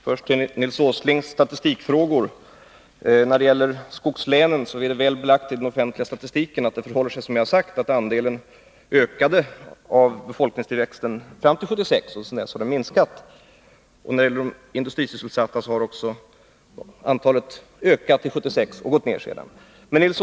Herr talman! Jag vill börja med att ta upp Nils Åslings statistikfrågor. När det gäller skogslänen är det väl belagt i den offentliga statistiken att det förhåller sig så som jag har sagt — att andelen av befolkningstillväxten ökade fram till 1976 och att den minskat sedan dess. Också antalet industrisysselsatta har ökat fram till 1976 och sedan gått ned.